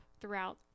throughout